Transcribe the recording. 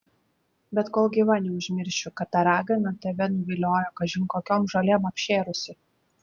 bet kol gyva neužmiršiu kad ta ragana tave nuviliojo kažin kokiom žolėm apšėrusi